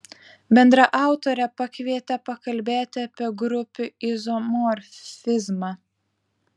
bendraautorę pakvietė pakalbėti apie grupių izomorfizmą